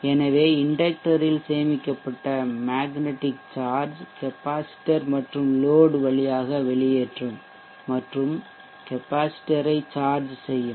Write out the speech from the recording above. எனவே இண்டக்டர் ல் சேமிக்கப்பட்ட மேக்னெடிக் சார்ஜ் கெப்பாசிட்டர் மற்றும் லோட்வழியாக வெளியேற்றும் மற்றும் கெப்பாசிட்டர் ஐ சார்ஜ் செய்யும்